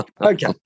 Okay